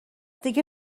دیگه